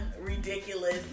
ridiculous